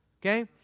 okay